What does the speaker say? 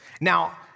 Now